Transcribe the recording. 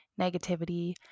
negativity